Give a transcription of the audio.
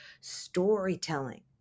storytelling